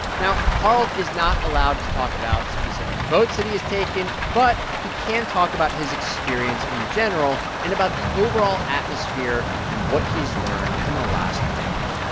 now, harald is not allowed to talk about specific votes that he has taken, but he can talk about his experience in general and about the overall atmosphere and what he's learned in the last decade